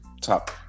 Top